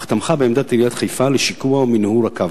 אך תמכה בעמדת עיריית חיפה לשיקוע ומנהור הקו.